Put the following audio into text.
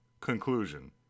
Conclusion